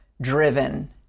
driven